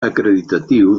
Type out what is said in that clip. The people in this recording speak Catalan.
acreditatiu